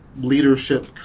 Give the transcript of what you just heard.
leadership